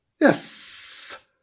Yes